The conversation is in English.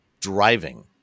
driving